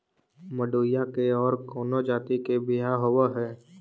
मडूया के और कौनो जाति के बियाह होव हैं?